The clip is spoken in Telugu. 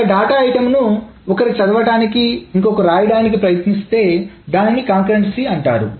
ఒక డేటా ఐటమ్ ను ఒకరు చదవడానికి ఇంకొకరు రాయడానికి ప్రయత్నిస్తే దానినే కంకరెన్సీ అంటారు